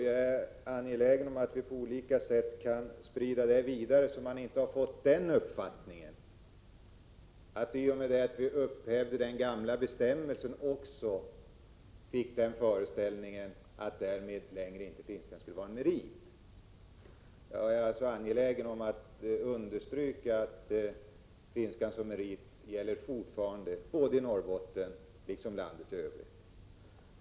Jag är angelägen att vi på olika sätt sprider detta, så att man inte får den föreställningen att i och med att vi har upphävt den gamla bestämmelsen så skulle finska inte längre vara en merit. Jag vill alltså understryka att finska fortfarande gäller som merit i Norrbotten, liksom i landet i övrigt.